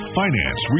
finance